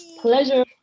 Pleasure